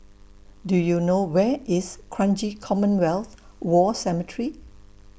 Do YOU know Where IS Kranji Commonwealth War Cemetery